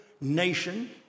nation